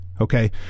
okay